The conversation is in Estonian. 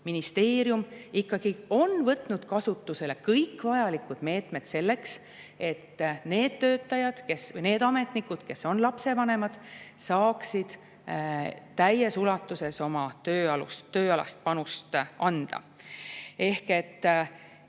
ministeerium on ikka võtnud kasutusele kõik vajalikud meetmed selleks, et need töötajad, need ametnikud, kes on lapsevanemad, saaksid tööl täies ulatuses panuse anda.